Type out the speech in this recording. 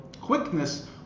quickness